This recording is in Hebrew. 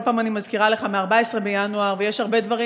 כל פעם אני מזכירה לך: יש הרבה דברים